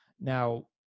Now